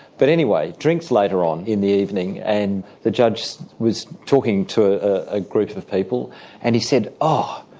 but anyway, drinks later on in the evening and the judge was talking to a group of people and he said, oh,